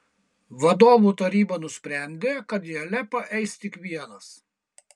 vadovų taryba nusprendė kad į alepą eis tik vienas